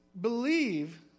believe